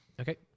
Okay